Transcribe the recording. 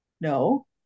No